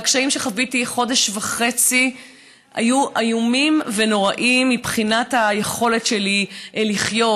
והקשיים שחוויתי חודש וחצי היו איומים ונוראים מבחינת היכולת שלי לחיות,